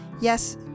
Yes